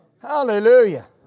Hallelujah